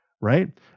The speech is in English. Right